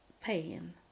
pain